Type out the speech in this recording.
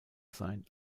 sein